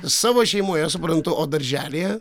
savo šeimoje suprantu o darželyje